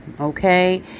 Okay